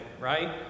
right